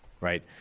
right